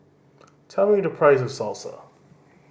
tell me the price of Salsa